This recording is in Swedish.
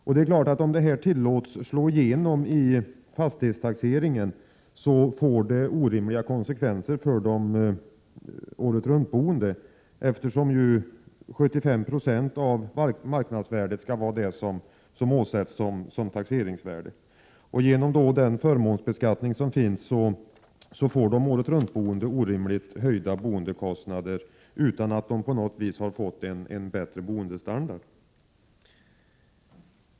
Om den här utvecklingen tillåts slå igenom i fastighetstaxeringen, medför det orimliga konsekvenser för de åretruntboende, eftersom 75 90 av marknadsvärdet skall vara det som åsätts som taxeringsvärde. Genom den Prot. 1987/88:116 förmånsbeskattning som finns får de åretruntboende orimligt höjda boende 6 maj 1988 kostnader utan att de på något sätt har fått bättre boendestandard.